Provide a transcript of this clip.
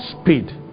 speed